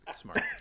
Smart